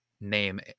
name